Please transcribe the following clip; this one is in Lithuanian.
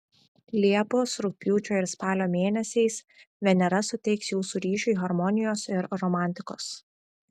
liepos rugpjūčio ir spalio mėnesiais venera suteiks jūsų ryšiui harmonijos ir romantikos